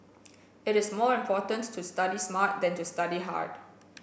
it is more important to study smart than to study hard